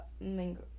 Mango